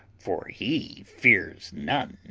for he fears none.